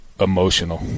emotional